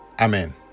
Amen